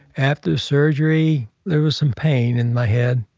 after the surgery, there was some pain in my head.